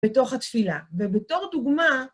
בתוך התפילה. ובתור דוגמה,